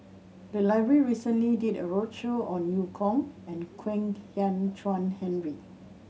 the library recently did a roadshow on Eu Kong and Kwek Hian Chuan Henry